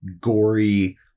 gory